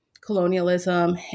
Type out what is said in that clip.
colonialism